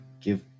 give